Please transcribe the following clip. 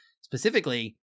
specifically